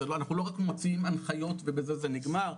אנחנו לא רק מוצאים הנחיות ובזה זה נגמר,